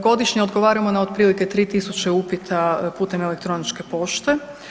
Godišnje odgovaramo na otprilike 3.000 upita putem elektroničke pošte.